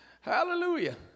Hallelujah